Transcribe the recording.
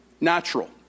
natural